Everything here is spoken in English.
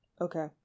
okay